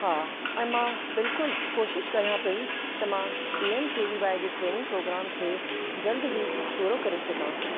हा ऐं मां बिल्कुलु कोशिश कयां पई त मां B M K V Y G training programme खे जल्द ई पूरो करे सघां